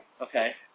Okay